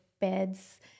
beds